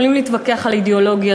יכולים להתווכח על אידיאולוגיה,